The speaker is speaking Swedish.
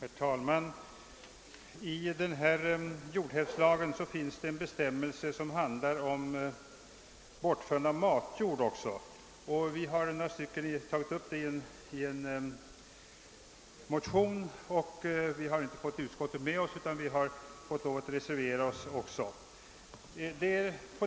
Herr talman! I detta förslag till jordhävdslag finns det också en bestämmelse som handlar om bortförande av matjord. Vi är några motionärer som har tagit upp det i en motion. Vi har inte fått utskottsmajoriteten med oss, utan vi har fått lov att reservera OSS.